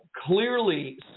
clearly